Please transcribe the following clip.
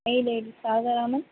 mail ID Saradharaman